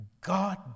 God